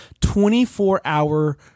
24-hour